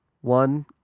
One